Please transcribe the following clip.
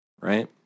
right